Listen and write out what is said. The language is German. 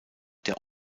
der